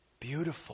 Beautiful